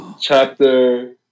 Chapter